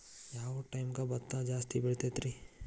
ಯಾವ ಟೈಮ್ಗೆ ಭತ್ತ ಜಾಸ್ತಿ ಬೆಳಿತೈತ್ರೇ?